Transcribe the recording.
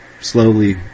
slowly